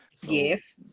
yes